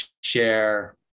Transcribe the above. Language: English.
share